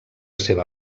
seva